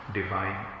divine